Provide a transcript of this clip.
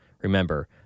Remember